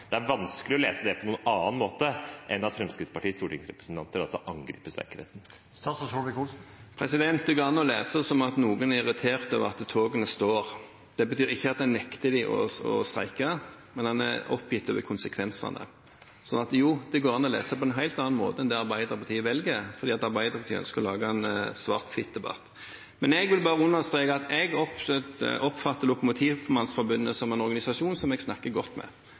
Det er vanskelig å lese det på noen annen måte enn at Fremskrittspartiets stortingsrepresentanter angriper streikeretten. Det går an å lese det som at noen er irritert over at togene står. Det betyr ikke at en nekter dem å streike, men at en er oppgitt over konsekvensene. Så jo, det går an å lese det på en helt annen måte enn det Arbeiderpartiet velger, fordi Arbeiderpartiet ønsker å lage en svart-hvitt-debatt. Jeg vil bare understreke at jeg oppfatter Lokomotivmannsforbundet som en organisasjon som jeg snakker godt med.